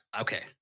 okay